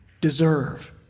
deserve